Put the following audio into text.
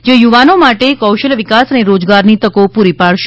જે યુવાનો માટે કૌશલ્ય વિકાસ અને રોજગારની તકો પૂરી પાડશે